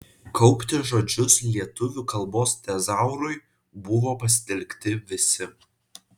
kaupti žodžius lietuvių kalbos tezaurui buvo pasitelkti visi